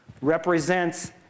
represents